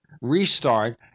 Restart